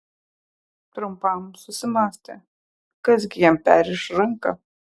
trumpam susimąstė kas gi jam perriš ranką